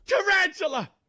Tarantula